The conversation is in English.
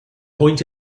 point